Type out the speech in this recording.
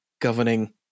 governing